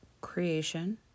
creation